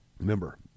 Remember